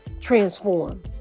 transform